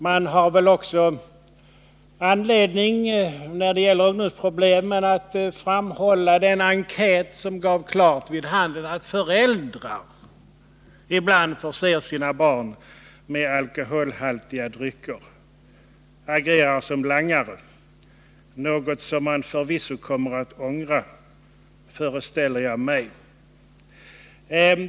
Det finns också anledning, när det gäller ungdomsproblemen, att framhålla den enkät som klart gav vid handen att föräldrar ibland förser sina barn med alkoholhaltiga drycker, agerar som langare. Det är något som de kommer att ångra, föreställer jag mig.